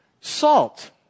Salt